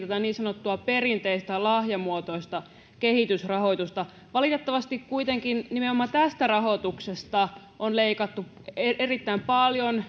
tätä niin sanottua perinteistä lahjamuotoista kehitysrahoitusta valitettavasti kuitenkin nimenomaan tästä rahoituksesta on leikattu erittäin paljon